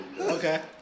okay